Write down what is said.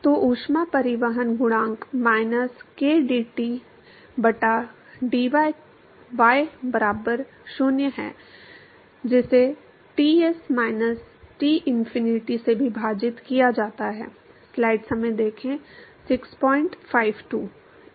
तो ऊष्मा परिवहन गुणांक माइनस kd T बटा dy y बराबर 0 है जिसे Ts माइनस T इनफिनिटी से विभाजित किया जाता है